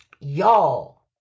Y'all